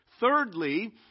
Thirdly